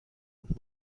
und